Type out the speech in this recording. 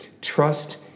trust